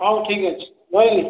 ହଉ ଠିକ୍ ଅଛି ରହିଲି